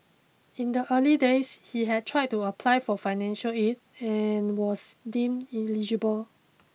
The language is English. in the early days he had tried to apply for financial aid but was deemed ineligible